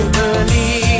believe